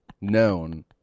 known